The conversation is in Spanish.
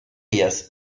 ellas